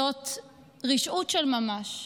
זאת רשעות של ממש.